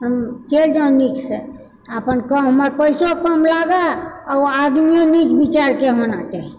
हम चलि जाउ नीकसँ आ अपन हमर पैसो कम लागऽ आ ओ आदमियो नीक विचारके होना चाही